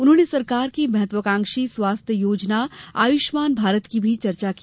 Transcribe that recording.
उन्होंने सरकार की महत्वकांक्षी स्वास्थ्य योजना आयुष्मान भारत की भी चर्चा की